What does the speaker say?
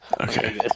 Okay